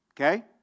Okay